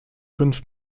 fünf